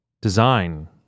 design